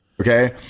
Okay